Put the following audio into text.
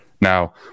Now